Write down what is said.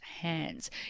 hands